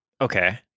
okay